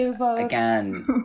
again